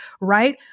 right